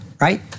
right